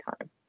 time